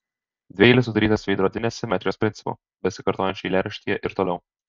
dvieilis sudarytas veidrodinės simetrijos principu besikartojančiu eilėraštyje ir toliau